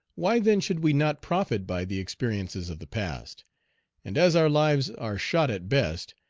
why then should we not profit by the experiences of the past and as our lives are shot at best,